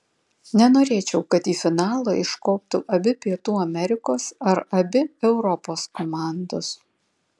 nenorėčiau kad į finalą iškoptų abi pietų amerikos ar abi europos komandos